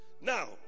Now